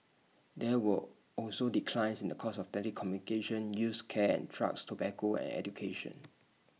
there were also declines in the cost of telecommunication used cares and trucks tobacco and education